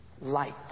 Light